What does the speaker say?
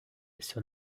sur